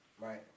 right